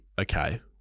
Okay